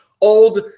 old